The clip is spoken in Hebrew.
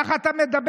ככה אתה אומר.